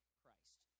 christ